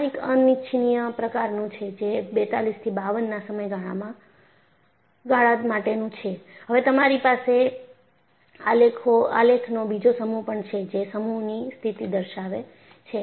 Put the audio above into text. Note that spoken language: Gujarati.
આ કંઈક અનિચ્છનીય પ્રકારનું છે જે 42 થી 52 ના સમયગાળા માટેનું છે હવે તમારી પાસે આલેખનો બીજો સમૂહ પણ છે જે સમુદ્રની સ્થિતિ દર્શાવે છે